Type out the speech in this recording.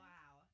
Wow